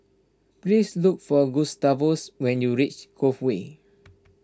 please look for Gustavus when you reach Cove Way